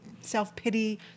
self-pity